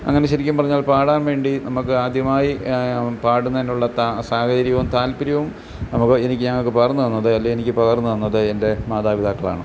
അങ്ങനെ ശരിക്കും പറഞ്ഞാൽ പാടാൻ വേണ്ടി നമുക്ക് ആദ്യമായി പാടുന്നതിനുള്ള സാഹചര്യവും താല്പര്യവും നമുക്ക് എനിക്ക് ഞങ്ങൾക്ക് പകർന്ന് തന്നത് അല്ലേൽ എനിക്ക് പകർന്ന് തന്നത് എൻ്റെ മാതാപിതാക്കളാണ്